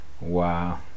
Wow